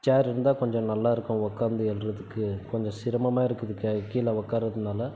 சேர் இருந்தால் கொஞ்சம் நல்லாயிருக்கும் உக்கார்ந்து எழுறதுக்கு கொஞ்சம் சிரமமாக இருக்குது க கீழே உக்கார்றதினால